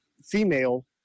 female